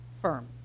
firm